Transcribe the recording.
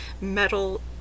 metal